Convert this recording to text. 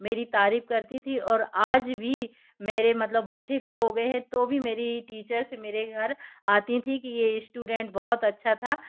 मेरी तारीफ करती थी और आज भी मेरे मतलब बच्चे भी हो गए हैं तो भी मेरी टीचर से मेरे घर आती थी कि स्टूडेंट बहुत अच्छा था